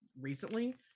recently